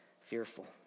fearful